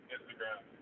Instagram